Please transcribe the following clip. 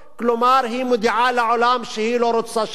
כלומר, היא מודיעה לעולם שהיא לא רוצה שלום.